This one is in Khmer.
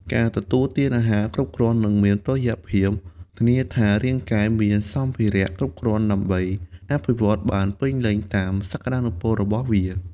ការទទួលទានអាហារគ្រប់គ្រាន់ និងមានតុល្យភាព ធានាថារាងកាយមានសម្ភារៈគ្រប់គ្រាន់ដើម្បីអភិវឌ្ឍបានពេញលេញតាមសក្តានុពលរបស់វា។